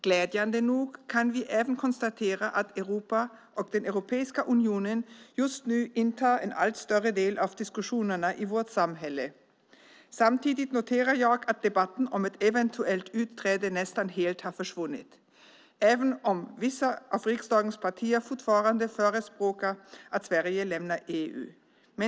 Glädjande nog kan vi även konstatera att Europa och Europeiska unionen just nu upptar en allt större del av diskussionerna i vårt samhälle. Samtidigt noterar jag att debatten om ett eventuellt utträde nästan helt har försvunnit, även om några av riksdagens partier fortfarande förespråkar att Sverige lämnar EU.